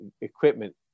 equipment